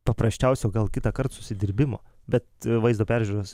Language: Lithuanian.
paprasčiausio gal kitąkart susidirbimo bet vaizdo peržiūros